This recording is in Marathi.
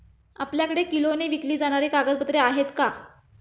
आपल्याकडे किलोने विकली जाणारी कागदपत्रे आहेत का?